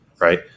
Right